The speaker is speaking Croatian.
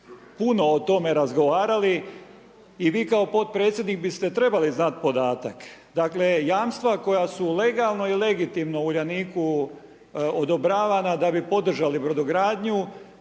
puno o tome razgovarali i vi kao podpredsjednik biste trebali znati podatak. Dakle, jamstva koja su legalno i legitimno Uljaniku odobravana da bi podržali Brodogradnju,